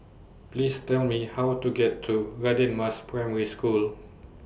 Please Tell Me How to get to Radin Mas Primary School